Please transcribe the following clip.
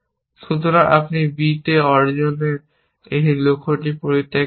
সুতরাং আপনি a b এ অর্জনের সেই লক্ষ্যটি পরিত্যাগ করেছেন